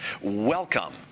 Welcome